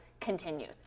continues